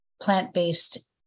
plant-based